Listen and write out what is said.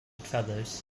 feathers